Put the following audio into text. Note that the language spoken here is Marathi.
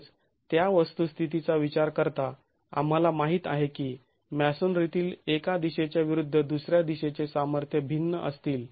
तसेच त्या वस्तुस्थितीचा विचार करता आम्हाला माहित आहे की मॅसोनरीतील एका दिशेच्या विरुद्ध दुसऱ्या दिशेचे सामर्थ्य भिन्न असतील